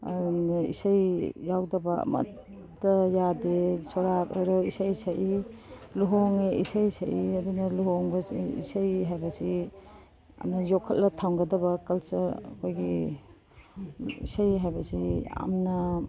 ꯑꯗꯨꯅ ꯏꯁꯩ ꯌꯥꯎꯗꯕ ꯑꯃꯠꯇ ꯌꯥꯗꯦ ꯁꯣꯔꯥꯠ ꯑꯣꯏꯔꯣ ꯏꯁꯩ ꯁꯛꯏ ꯂꯨꯍꯣꯡꯉꯦ ꯏꯁꯩ ꯁꯛꯏ ꯑꯗꯨꯅ ꯂꯨꯍꯣꯡꯕꯁꯤ ꯏꯁꯩ ꯍꯥꯏꯕꯁꯤ ꯌꯣꯛꯈꯠꯂ ꯊꯝꯒꯗꯕ ꯀꯜꯆꯔ ꯑꯩꯈꯣꯏꯒꯤ ꯏꯁꯩ ꯍꯥꯏꯕꯁꯤ ꯌꯥꯝꯅ